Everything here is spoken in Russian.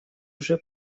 уже